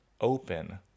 open